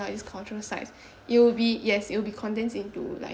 these cultural site it will be yes it will be condensed into like